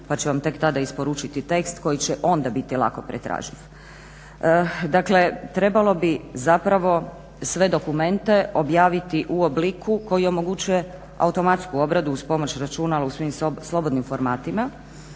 pa će vam tek tada isporučiti tekst koji će onda biti lako pretraživ. Dakle, trebalo bi zapravo sve dokumente objaviti u obliku koji omogućuje automatsku obradu uz pomoć računala u svim slobodnim formatima.